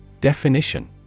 Definition